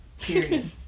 Period